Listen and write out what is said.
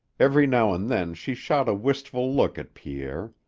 every now and then she shot a wistful look at pierre.